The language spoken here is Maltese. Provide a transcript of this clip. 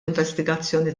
investigazzjoni